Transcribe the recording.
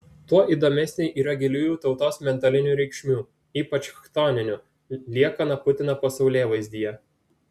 tuo įdomesnė yra giliųjų tautos mentalinių reikšmių ypač chtoninių liekana putino pasaulėvaizdyje